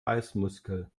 beißmuskel